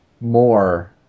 more